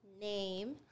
name